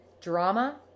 drama